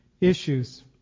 issues